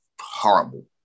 horrible